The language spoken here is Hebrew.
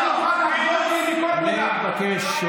היא לא הלכה בגלל זה.